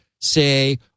say